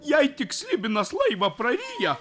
jei tik slibinas laivą prarijo